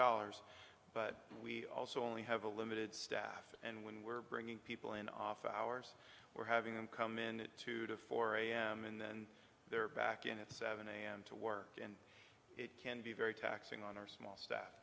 dollars but we also only have a limited staff and when we're bringing people in off hours we're having them come in two to four am and then they're back in at seven am to work and it can be very taxing on our small staff